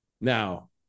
Now